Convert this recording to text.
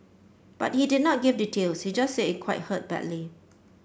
but he did not give details he just said it hurt quite badly